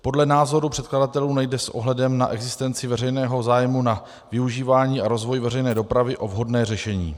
Podle názoru předkladatelů nejde s ohledem na existenci veřejného zájmu na využívání a rozvoji veřejné dopravy o vhodné řešení.